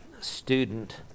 student